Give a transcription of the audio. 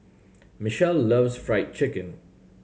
Michell loves Fried Chicken